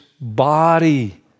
body